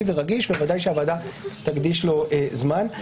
ורגיש ובוודאי הוועדה תקדיש לו זמן.